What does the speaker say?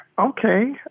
Okay